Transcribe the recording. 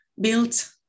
built